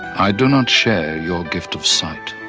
i do not share your gift of sight